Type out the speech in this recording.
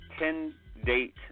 10-date